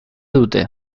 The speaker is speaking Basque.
dute